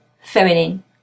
feminine